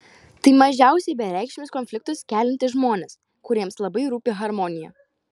tai mažiausiai bereikšmius konfliktus keliantys žmonės kuriems labai rūpi harmonija